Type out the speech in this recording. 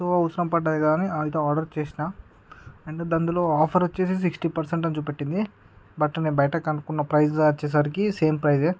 so అవసరం పడింది అని అయితే ఆర్డర్ చేసిన అండ్ అందులో ఆఫర్ వచ్చేసి సిక్స్టీ పర్సెంట్ అని చూపెట్టింది బట్ నేను బయట కనుక్కున్న ప్రైస్ వచ్చేసరికి సేమ్ ప్రైస్యే